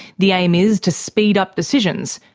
the aim is to speed up decisions,